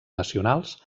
nacionals